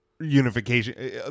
unification